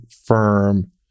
firm